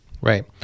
Right